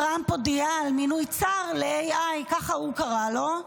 טראמפ הודיע על מינוי צאר ל-AI, ככה הוא קרא לו.